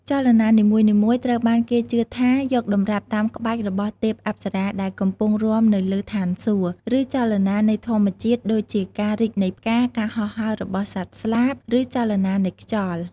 ចលនានីមួយៗត្រូវបានគេជឿថា យកតម្រាប់តាមក្បាច់របស់ទេពអប្សរាដែលកំពុងរាំនៅលើឋានសួគ៌ ឬចលនានៃធម្មជាតិ ដូចជាការរីកនៃផ្កា ការហោះហើររបស់សត្វស្លាប ឬចលនានៃខ្យល់។